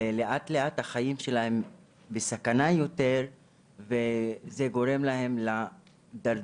ולאט לאט החיים שלהם בסכנה יותר וזה גורם להן להידרדרות.